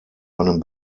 einem